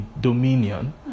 dominion